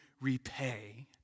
repay